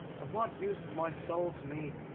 of what use is my soul to me?